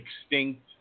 extinct